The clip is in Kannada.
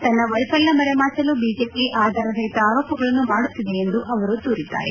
ತನ್ನ ವೈಫಲ್ಯ ಮರೆಮಾಚಲು ಬಿಜೆಪಿ ಆಧಾರ ರಹಿತ ಆರೋಪಗಳನ್ನು ಮಾಡುತ್ತಿದೆ ಎಂದು ಅವರು ದೂರಿದ್ಗಾರೆ